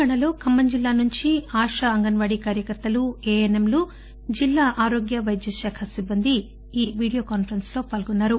తెలంగాణాలో ఖమ్మం జిల్లా నుంచి ఆశ అంగన్ వాడి కార్యకర్తలు ఏఎన్ఎంలు జిల్లా ఆరోగ్య వైద్య శాఖ సిబ్బంది ఈ వీడియో కాన్పరెస్స్ లో పాల్గొన్నారు